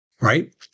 Right